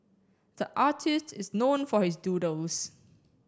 the artist is known for his doodles